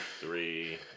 three